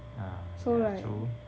ah yeah true